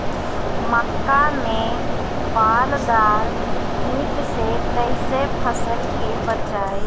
मक्का में बालदार कीट से कईसे फसल के बचाई?